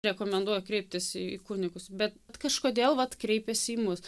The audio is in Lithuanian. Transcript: rekomenduoju kreiptis į kunigus bet kažkodėl vat kreipiasi į mus